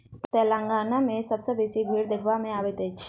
तेलंगाना मे सबसँ बेसी भेंड़ देखबा मे अबैत अछि